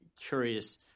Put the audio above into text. curious